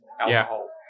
alcohol